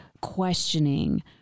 questioning